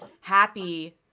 happy